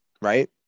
right